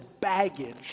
baggage